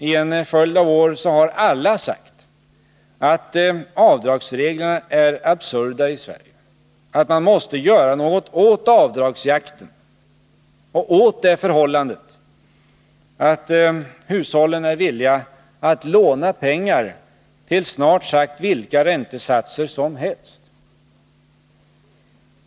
I en följd av år har ”alla” sagt att avdragsreglerna är absurda i Sverige, att man måste göra något åt avdragsjakten och åt det förhållandet att hushållen är villiga att låna pengar till snart sagt vilka räntesatser som helst.